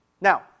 Now